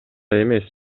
эмес